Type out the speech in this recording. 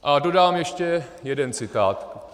A dodám ještě jeden citát.